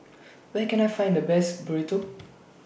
Where Can I Find The Best Burrito